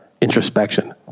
introspection